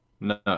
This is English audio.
No